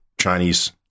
Chinese